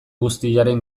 guztiaren